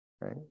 Right